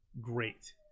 great